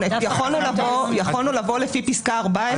--- יכולנו לבוא לפי פסקה 14 כל פעם לוועדה.